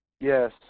Yes